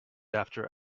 after